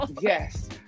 Yes